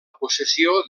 possessió